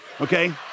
okay